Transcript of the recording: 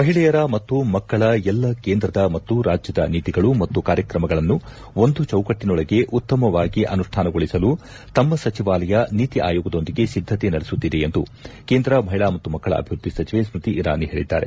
ಮಹಿಳೆಯರ ಮತ್ತು ಮಕ್ಕಳ ಎಲ್ಲ ಕೇಂದ್ರದ ಮತ್ತು ರಾಜ್ಜದ ನೀತಿಗಳು ಮತ್ತು ಕಾರ್ಯಕ್ರಮಗಳನ್ನು ಒಂದು ಚೌಕಟ್ಟನೊಳಗೆ ಉತ್ತಮವಾಗಿ ಅನುಷ್ಠಾನಗೊಳಿಸಲು ತಮ್ನ ಸಚಿವಾಲಯ ನೀತಿ ಆಯೋಗದೊಂದಿಗೆ ಸಿದ್ದತೆ ನಡೆಸುತ್ತಿದೆ ಎಂದು ಕೇಂದ್ರ ಮಹಿಳಾ ಮತ್ತು ಮಕ್ಕಳ ಅಭಿವೃದ್ಧಿ ಸಚಿವೆ ಸೃತಿ ಇರಾನಿ ಹೇಳಿದ್ದಾರೆ